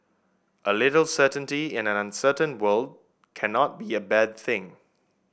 a little certainty in an uncertain world cannot be a bad thing